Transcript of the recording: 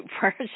First